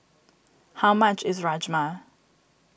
how much is Rajma